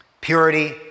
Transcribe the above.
Purity